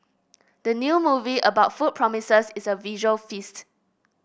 the new movie about food promises a visual feast